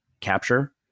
capture